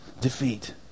defeat